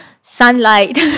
Sunlight